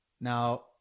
Now